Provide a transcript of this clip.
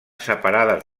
separades